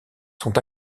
sont